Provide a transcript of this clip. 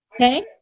Okay